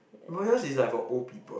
but yours is like for old people